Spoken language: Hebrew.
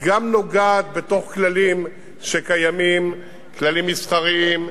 גם נוגעת בתוך כללים שקיימים, כללים מסחריים,